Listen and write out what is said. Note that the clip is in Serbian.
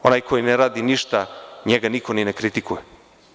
Onaj koji ne radi ništa, njega niko ni ne kritikuje.